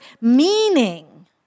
meaning